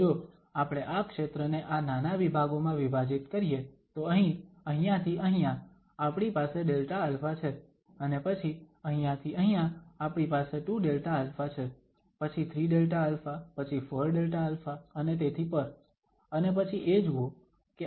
તો જો આપણે આ ક્ષેત્રને આ નાના વિભાગોમાં વિભાજિત કરીએ તો અહીં અહીંયા થી અહીંયા આપણી પાસે Δα છે અને પછી અહીંયા થી અહીંયા આપણી પાસે 2Δα છે પછી 3Δα પછી 4Δα અને તેથી પર અને પછી એ જુઓ કે આ યોગક્રિયા સરવાળા માં શું થાય છે